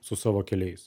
su savo keliais